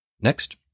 Next